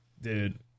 Dude